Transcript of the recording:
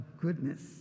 goodness